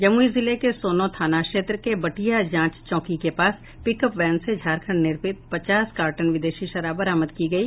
जमुई जिले के सोनो थाना क्षेत्र के बटिया जांच चौकी के पास पिकअप वैन से झारखंड निर्मित पचास कार्टन विदेशी शराब बरामद की गयी